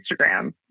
Instagram